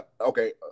Okay